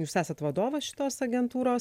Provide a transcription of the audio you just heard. jūs esat vadovas šitos agentūros